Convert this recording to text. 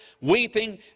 weeping